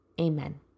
amen